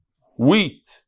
Wheat